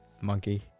Monkey